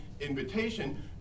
invitation